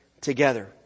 together